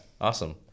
awesome